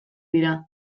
dira